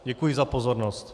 Děkuji za pozornost.